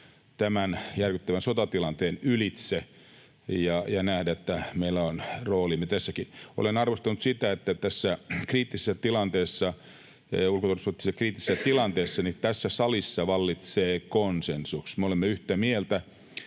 tämän järkyttävän sotatilanteen ylitse ja nähdä, että meillä on roolimme tässäkin. Olen arvostanut sitä, että tässä ulko- ja turvallisuuspoliittisesti kriittisessä tilanteessa tässä salissa vallitsee konsensus. Me olemme yhtä mieltä,